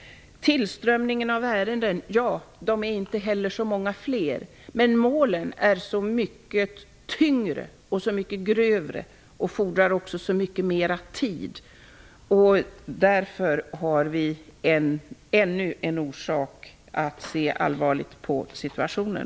Tillströmningen av ärenden är inte heller så mycket större, men målen är så mycket tyngre och grövre och fordrar också så mycket mera tid. Därför har vi ännu en orsak att se allvarligt på situationen.